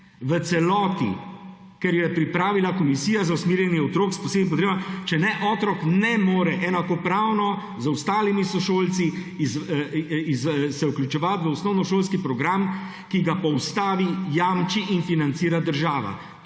v celoti, ker jo je pripravila komisija za usmerjanje otrok s posebnimi potrebami, drugače se otrok ne more enakopravno z ostalimi sošolci vključevati v osnovnošolski program, ki ga po Ustavi jamči in financira država.